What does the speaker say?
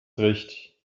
recht